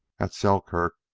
at selkirk,